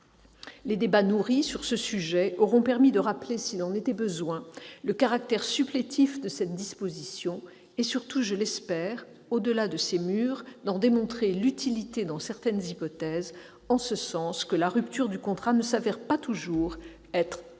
Les débats nourris sur ce sujet auront permis de rappeler, s'il en était besoin, le caractère supplétif de cette disposition et surtout d'en démontrer, au-delà de ces murs, l'utilité en certaines hypothèses, en ce sens que la rupture du contrat ne se révèle pas toujours la